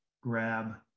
grab